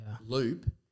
loop